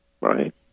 right